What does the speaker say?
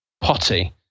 potty